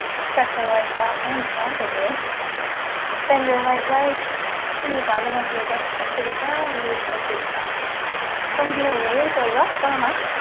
stretch your legs out in front of you bend your right leg bring the bottom of your right foot to the ground knee pointed up from here raise your left arm up